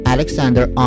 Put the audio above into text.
Alexander